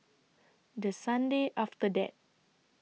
The Sunday after that